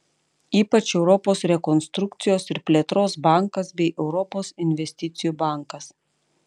ypač europos rekonstrukcijos ir plėtros bankas bei europos investicijų bankas